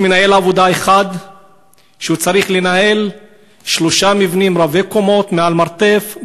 יש מנהל עבודה אחד שצריך לנהל שלושה מבנים רבי-קומות מעל מרתף,